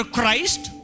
Christ